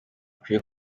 ikwiye